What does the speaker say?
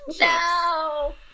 No